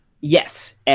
Yes